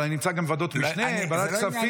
אבל אני נמצא גם בוועדות משנה, ועדת כספים